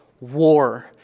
war